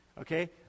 okay